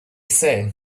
say